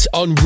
on